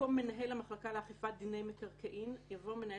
במקום "מנהל המחלקה לאכיפת דיני מקרקעין" יבוא "מנהל